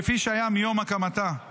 כפי שהיה מיום הקמתה,